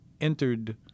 entered